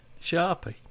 Sharpie